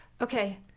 Okay